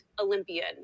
Olympian